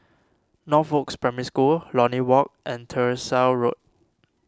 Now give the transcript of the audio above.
Northoaks Primary School Lornie Walk and Tyersall Road